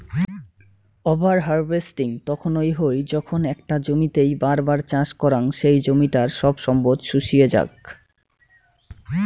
over harvesting তখন হই যখন একটা জমিতেই বার বার চাষ করাং সেই জমিটার সব সম্পদ শুষিয়ে যাক